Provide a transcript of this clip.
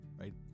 right